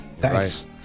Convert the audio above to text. Thanks